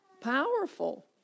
powerful